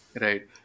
right